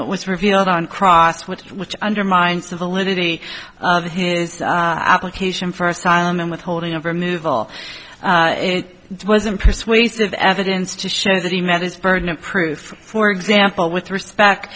what was revealed on cross which which undermines the validity of his application for asylum in withholding of removal it wasn't persuasive evidence to show that he met this burden of proof for example with respect